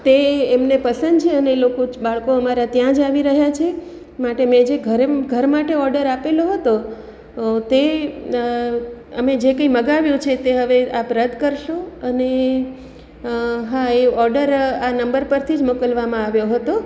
તે એમને પસંદ છે અને એ લોકો જ બાળકો અમારા ત્યાં જ આવી રહ્યાં છે માટે મેં જે ઘરે ઘર માટે ઓડર આપેલો હતો તે અમે જે કંઇ મગાવ્યું છે તે હવે આપ રદ કરશો અને હા એ ઓડર આ નંબર પરથી જ મોકલવામાં આવ્યો હતો